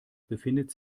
befindet